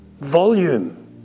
volume